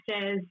says